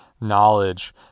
knowledge